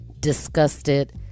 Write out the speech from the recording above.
disgusted